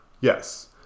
Yes